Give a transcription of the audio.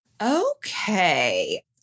Okay